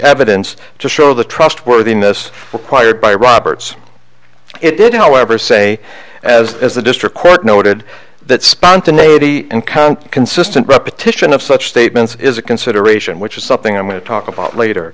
evidence to show the trustworthiness acquired by roberts it did however say as a district court noted that spontaneity and count consistent repetition of such statements is a consideration which is something i'm going to talk about later